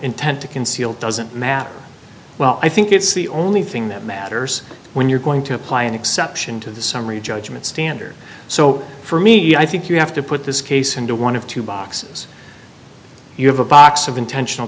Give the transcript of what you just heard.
intent to conceal doesn't matter well i think it's the only thing that matters when you're going to apply an exception to the summary judgment standard so for me i think you have to put this case into one of two boxes you have a box of intentional